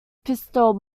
pistol